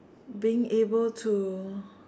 being able to